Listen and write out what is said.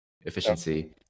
efficiency